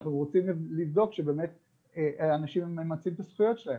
אנחנו רוצים לבדוק שבאמת אנשים ממצים את הזכויות שלהם,